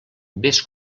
vés